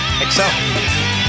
excel